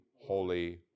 holy